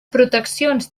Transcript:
proteccions